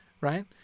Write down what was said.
Right